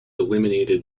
eliminated